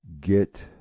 get